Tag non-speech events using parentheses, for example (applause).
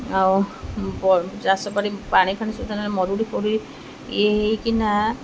ଆଉ (unintelligible) ଚାଷ କରି ପାଣି ଫାଣି (unintelligible) ମରୁଡ଼ି ପଡ଼ି ଇଏ ହେଇକିନା